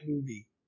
movie